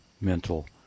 mental